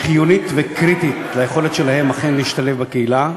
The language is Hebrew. חיונית וקריטית ליכולת שלהם אכן להשתלב בקהילה.